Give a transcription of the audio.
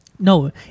No